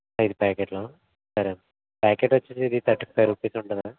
ఐదు ప్యాకెట్లా సరే అమ్మా ప్యాకెట్ వచ్చేసి ఇది తర్టీ ఫైవ్ రూపీస్ ఉంటుంది